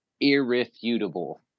Irrefutable